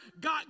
God